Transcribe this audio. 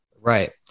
Right